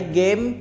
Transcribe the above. game